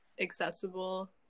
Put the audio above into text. accessible